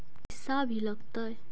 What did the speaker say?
पैसा भी लगतय?